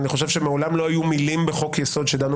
אני חושב שמעולם לא היו מילים בחוק יסוד שדנו